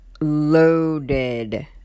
loaded